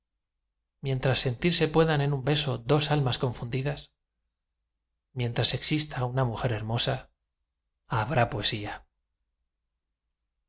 mientras sentirse puedan en un beso dos almas confundidas mientras exista una mujer hermosa habrá poesía